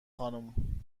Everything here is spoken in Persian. خانم